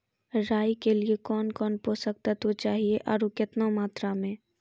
राई के लिए कौन कौन पोसक तत्व चाहिए आरु केतना मात्रा मे?